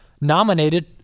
nominated